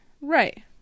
right